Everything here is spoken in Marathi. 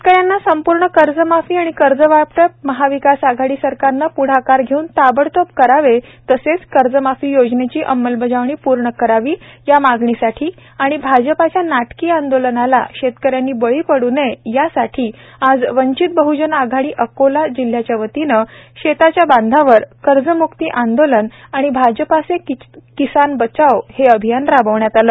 शेतकऱ्यांना संपूर्ण कर्जमाफी आणि कर्जवाटप महाविकास आघाडी सरकारने पुढाकार घेऊन ताबडतोब करावे तसेच कर्जमाफी योजनेची अंमलबजावणी पूर्ण करावी या मागणीसाठी आणि भाजपच्या नाटकी आंदोलनास शेतकऱ्यांनी बळी पड् नये यासाठी आज वंचित बहजन आघाडी अकोला जिल्ह्याचे वतीने शेताच्या बांधावर कर्जमुक्ती आंदोलन आणि भाजपा से किसान बचाव अभियान राबविण्यात आले